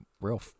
real